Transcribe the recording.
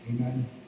Amen